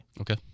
Okay